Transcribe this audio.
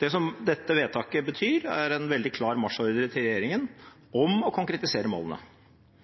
Det dette vedtaket betyr, er en veldig klar marsjordre til regjeringen om å konkretisere målene